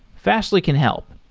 fastly can help.